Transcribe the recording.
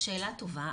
שאלה טובה.